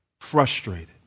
frustrated